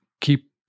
keep